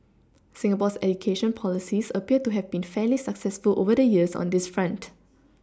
Singapore's education policies appear to have been fairly successful over the years on this front